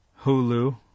Hulu